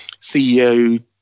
CEO